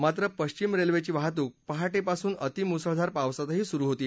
मात्र पश्विम रेल्वेची वाहतूक पहाटे पासून अतिमुसळधार पावसातही सुरू होती